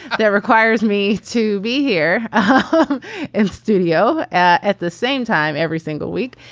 that requires me to be here and in studio at the same time every single week.